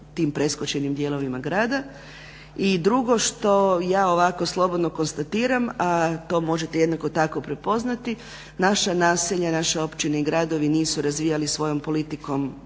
tim preskočenim dijelovima grada. I drugo što ja ovako slobodno konstatiram, a to može jednako tako prepoznati, naša naselja, naše općine i gradovi nisu razvijali svojom politikom